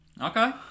Okay